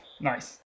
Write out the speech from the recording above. Nice